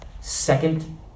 Second